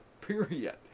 Period